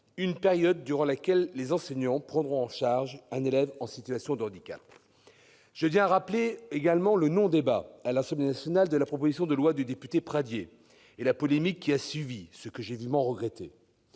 une période durant laquelle ils prendront en charge un élève en situation de handicap. Je tiens également à évoquer le non-débat, à l'Assemblée nationale, de la proposition de loi d'Aurélien Pradié et la polémique qui a suivi, ce que j'ai vivement regretté.